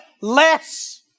less